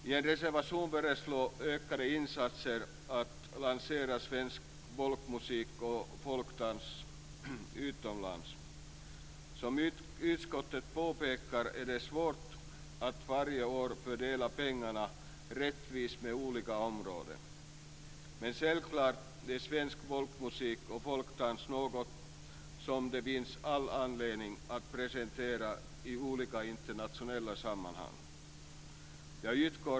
I en reservation föreslås ökade insatser för att lansera svensk folkmusik och folkdans utomlands. Som utskottet påpekar är det svårt att varje år fördela pengarna rättvist mellan olika områden. Men självklart är svensk folkmusik och folkdans något som det finns all anledning att presentera i olika internationella sammanhang.